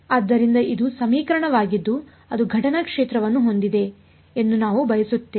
ಆದ್ದರಿಂದ ಇದು ಒಂದು ಸಮೀಕರಣವಾಗಿದ್ದು ಅದು ಘಟನಾ ಕ್ಷೇತ್ರವನ್ನು ಹೊಂದಿದೆ ಎಂದು ನಾವು ಬಯಸುತ್ತೇವೆ